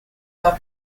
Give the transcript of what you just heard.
are